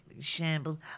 shambles